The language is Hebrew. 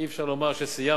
אי-אפשר לומר שסיימנו,